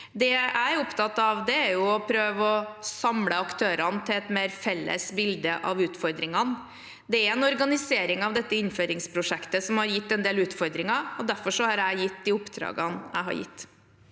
Det jeg er opptatt av, er å prøve å samle aktørene til et mer felles bilde av utfordringene. Det er en organisering av dette innføringsprosjektet som har gitt en del utfordringer, og derfor har jeg gitt de oppdragene jeg har gitt.